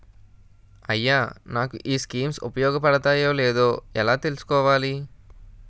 అయ్యా నాకు ఈ స్కీమ్స్ ఉపయోగ పడతయో లేదో ఎలా తులుసుకోవాలి?